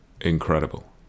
incredible